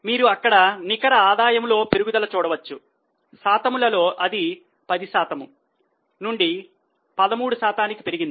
మీరు అక్కడ నికర ఆదాయము లో పెరుగుదల చూడవచ్చు శాతములో ఇది 10 శాతం నుండి 13 శాతానికి పెరిగింది